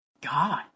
God